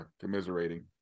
commiserating